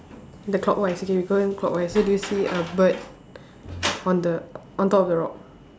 the clockwise okay we going clockwise so do you see a bird on the on top of the rock